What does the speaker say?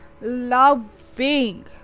loving